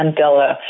Mandela